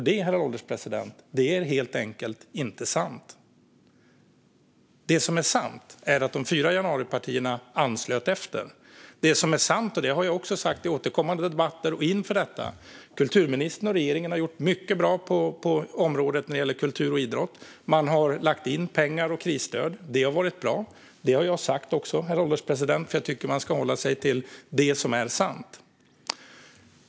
Detta, herr ålderspresident, är helt enkelt inte sant. Det som är sant är att de fyra januaripartierna anslöt i efterhand. Det som är sant - och det har jag också återkommande sagt i debatter inför detta - är att kulturministern och regeringen har gjort mycket bra när det gäller kultur och idrott. Man har lagt in pengar och krisstöd, och det har varit bra. Detta har jag också sagt, herr ålderspresident, för jag tycker att man ska hålla sig till det som är sant.